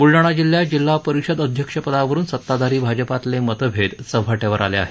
बुलडाणा जिल्ह्यात जिल्हा परिषद अध्यक्षपदावरुन सत्ताधारी भाजपातले मदभेद चव्हाट्यावर आले आहेत